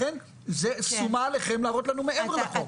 לכן אתם צריכים להראות לנו מעבר לחוק.